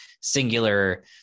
singular